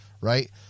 right